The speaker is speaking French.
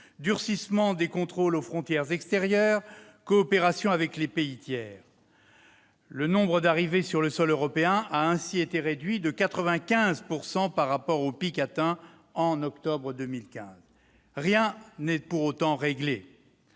durcissement des contrôles aux frontières extérieures, coopération avec les pays tiers ... Le nombre d'arrivées sur le sol européen a ainsi été réduit de 95 % par rapport au pic atteint au mois d'octobre 2015. Pour autant, rien